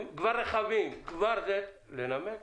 הם כבר רחבים, לנמק.